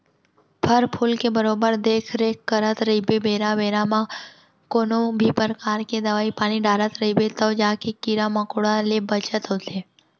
फर फूल के बरोबर देख रेख करत रइबे बेरा बेरा म कोनों भी परकार के दवई पानी डारत रइबे तव जाके कीरा मकोड़ा ले बचत होथे